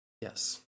Yes